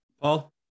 Paul